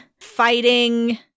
fighting